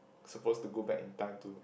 supposed to go back in time to